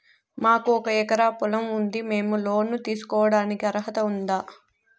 మాకు ఒక ఎకరా పొలం ఉంది మేము లోను తీసుకోడానికి అర్హత ఉందా